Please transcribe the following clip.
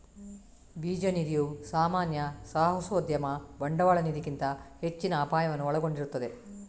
ಬೀಜ ನಿಧಿಯು ಸಾಮಾನ್ಯ ಸಾಹಸೋದ್ಯಮ ಬಂಡವಾಳ ನಿಧಿಗಿಂತ ಹೆಚ್ಚಿನ ಅಪಾಯವನ್ನು ಒಳಗೊಂಡಿರುತ್ತದೆ